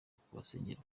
kubasengera